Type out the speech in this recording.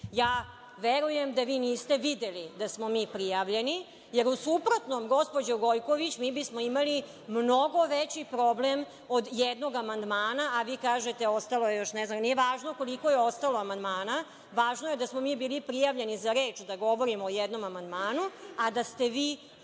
Verujem da vi niste videli da smo mi prijavljeni, jer u suprotnom, gospođo Gojković, mi bismo imali mnogo veći problem od jednog amandmana, a vi kažete ostalo je još, ne znam, nije važno koliko je ostalo amandmana, važno je da smo mi bili prijavljeni za reč da govorimo o jednom amandmanu, a da ste vi